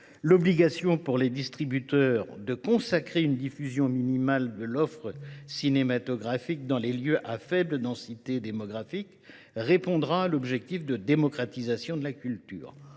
L’obligation pour les distributeurs de consacrer une diffusion minimale de l’offre cinématographique dans des lieux à faible densité démographique répondra à l’objectif de démocratisation de la culture.